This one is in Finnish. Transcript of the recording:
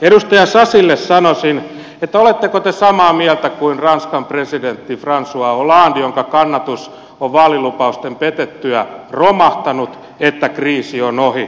edustaja sasille sanoisin että oletteko te samaa mieltä kuin ranskan presidentti francois hollande jonka kannatus on vaalilupausten petettyä romahtanut että kriisi on ohi